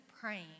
praying